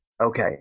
Okay